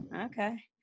Okay